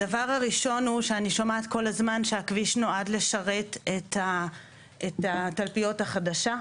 הדבר הראשון הוא שאני שומעת כל הזמן שהכביש נועד לשרת את התלפיות החדשה.